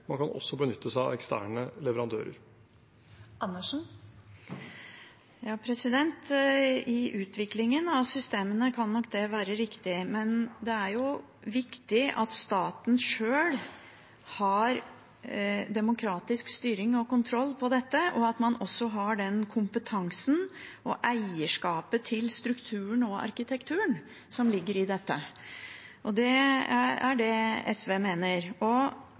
man kan også benytte seg av eksterne leverandører. I utviklingen av systemene kan nok det være riktig, men det er jo viktig at staten sjøl har demokratisk styring og kontroll på dette, og at man også har den kompetansen og det eierskapet til strukturen og arkitekturen som ligger i dette. Det er det SV mener.